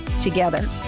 together